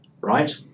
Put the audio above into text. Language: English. right